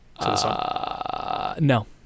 No